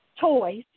toys